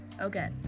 Okay